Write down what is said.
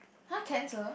[huh] cancer